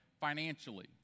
financially